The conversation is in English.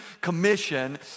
commission